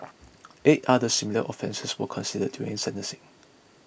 eight other similar offences were considered during sentencing